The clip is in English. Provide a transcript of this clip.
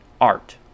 art